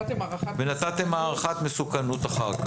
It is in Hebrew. ונתתם הערכת מסוכנות אחר כך.